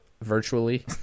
Virtually